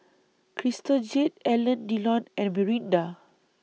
Crystal Jade Alain Delon and Mirinda